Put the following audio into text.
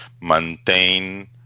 maintain